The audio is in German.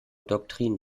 doktrin